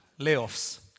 layoffs